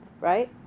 right